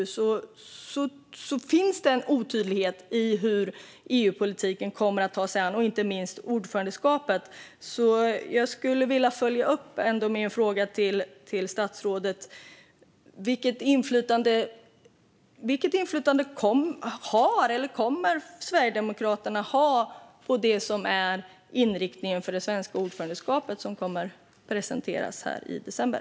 Det finns en otydlighet i hur EU-politiken kommer att föras, inte minst under ordförandeskapet. Jag skulle vilja följa upp min fråga till statsrådet. Vilket inflytande har eller kommer Sverigedemokraterna att ha på det som är inriktningen för det svenska ordförandeskapet som kommer att presenteras här i december?